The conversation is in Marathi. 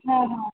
हां हां